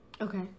Okay